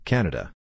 Canada